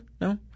No